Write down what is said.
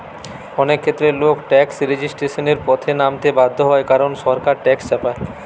অনেক ক্ষেত্রে লোক ট্যাক্স রেজিস্ট্যান্সের পথে নামতে বাধ্য হয় কারণ সরকার ট্যাক্স চাপায়